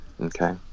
Okay